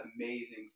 amazing